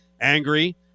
angry